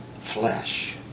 flesh